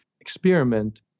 experiment